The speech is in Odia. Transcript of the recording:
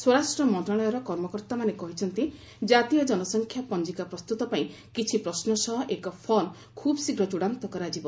ସ୍ୱରାଷ୍ଟ୍ର ମନ୍ତ୍ରଣାଳୟର କର୍ମକର୍ତ୍ତାମାନେ କହିଛନ୍ତି କାତୀୟ ଜନସଂଖ୍ୟା ପଞ୍ଜିକା ପ୍ରସ୍ତୁତ ପାଇଁ କିଛି ପ୍ରଶ୍ନ ସହ ଏକ ଫର୍ମ ଖୁବ୍ ଶୀଘ୍ର ଚୃଡ଼ାନ୍ତ କରାଯିବ